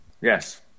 Yes